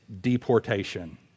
deportation